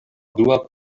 dua